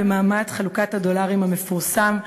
במעמד חלוקת הדולרים המפורסם.